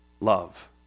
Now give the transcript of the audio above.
love